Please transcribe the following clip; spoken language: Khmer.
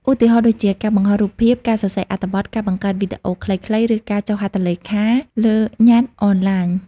ឧទាហរណ៍ដូចជា ការបង្ហោះរូបភាព ការសរសេរអត្ថបទ ការបង្កើតវីដេអូខ្លីៗ ឬការចុះហត្ថលេខាលើញត្តិអនឡាញ។